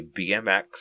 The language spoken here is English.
BMX